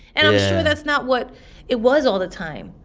and i'm sure that's not what it was all the time.